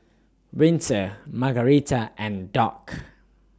Winter Margarita and Dock